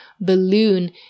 balloon